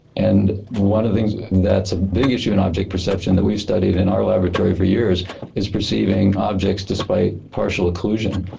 and one of the things that's a big issue in object perception that we've studied in our laboratory for years is perceiving objects despite partial occlusion.